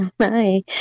Hi